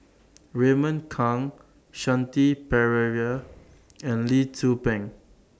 Raymond Kang Shanti Pereira and Lee Tzu Pheng